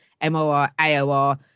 M-O-R-A-O-R